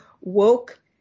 woke